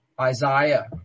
Isaiah